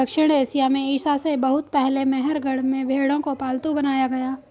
दक्षिण एशिया में ईसा से बहुत पहले मेहरगढ़ में भेंड़ों को पालतू बनाया गया